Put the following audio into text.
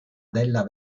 della